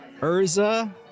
Urza